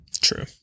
True